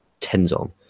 Tenzon